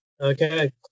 Okay